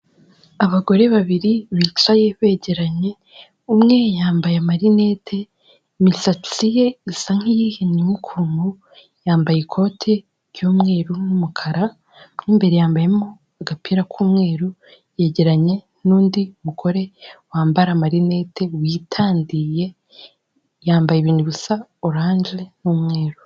Abagore babiri bicaye begeranye, umwe yambaye amarinete, imisatsi ye isa nk'iyihinnyemo ukuntu, yambaye ikote ry'umweru n'umukara, mo imbere yambayemo agapira k'umweru, yegeranye n'undi mugore wambara amarinete witandiye, yambaye ibintu bisa oranje n'umweru.